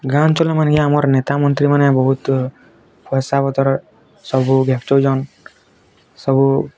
ଗାଁ ଅଞ୍ଚଳମାନେ ଆମର୍ ନେତା ମନ୍ତ୍ରୀମାନେ ବହୁତ୍ ପଇସାପତ୍ର ସବୁ ସବୁ